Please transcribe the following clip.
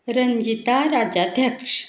Ranjita Rajadhyaksha